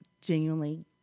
genuinely